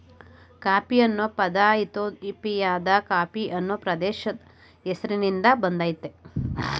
coffee ಅನ್ನೊ ಪದ ಇಥಿಯೋಪಿಯಾದ ಕಾಫ ಅನ್ನೊ ಪ್ರದೇಶದ್ ಹೆಸ್ರಿನ್ದ ಬಂದಯ್ತೆ